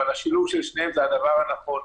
אבל השילוב של שניהם זה הדבר הנכון.